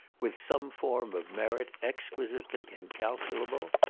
with some form of merit exquisitely incalculable?